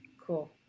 Cool